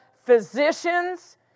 physicians